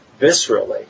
viscerally